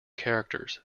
characters